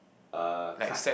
uh cut